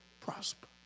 prosper